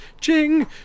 ching